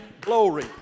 glory